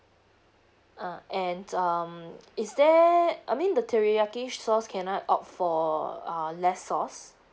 uh and um is there I mean the teriyaki sauce can I opt for uh less sauce